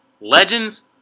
Legends